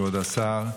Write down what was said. כבוד השר,